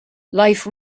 life